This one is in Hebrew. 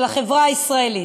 של החברה הישראלית.